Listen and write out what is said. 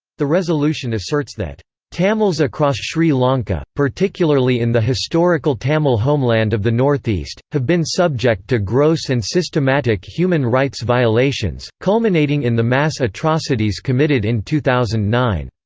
the resolution asserts that tamils across sri lanka, particularly in the historical tamil homeland of the northeast, have been subject to gross and systematic human rights violations, culminating in the mass atrocities committed in two thousand and nine.